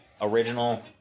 Original